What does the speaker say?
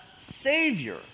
Savior